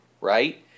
right